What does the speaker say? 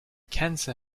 cancer